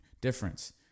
difference